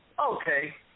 Okay